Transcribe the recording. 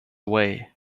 way